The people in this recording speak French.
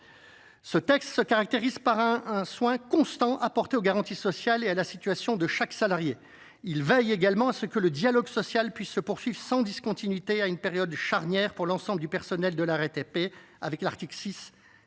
Ce texte se caractérise par un soin constant apporté aux garanties sociales et à la situation de chaque salarié. Il veille également à ce que le dialogue social puisse se poursuivre sans discontinuité à une période charnière pour l’ensemble du personnel de la RATP, l’article 6